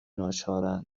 ناچارا